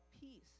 peace